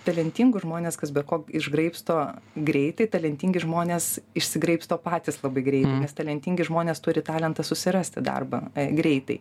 talentingus žmones kas be ko išgraibsto greitai talentingi žmonės išsigraibsto patys labai greitai nes talentingi žmonės turi talentą susirasti darbą greitai